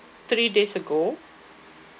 three days ago